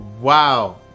wow